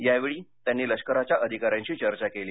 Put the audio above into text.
यावेळी त्यांनी लष्कराच्या अधिकाऱ्यांशी चर्चा केली